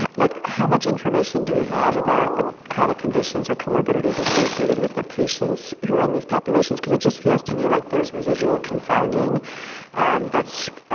um like how much information do we have about the chronic conditions or comorbidities associated with the patients who are in these populations? because it just feels to me like there's residual confounding that's